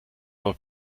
aber